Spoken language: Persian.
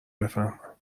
بفهمم